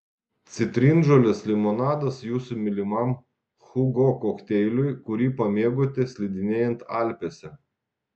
citrinžolės limonadas jūsų mylimam hugo kokteiliui kurį pamėgote slidinėjant alpėse